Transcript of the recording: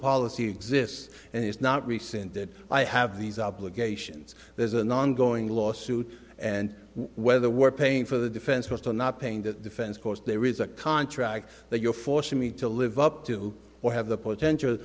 policy exists and it's not rescinded i have these obligations there's a non going lawsuit and whether we're paying for the defense force or not paying that defense course there is a contract that you're forcing me to live up to or have the potential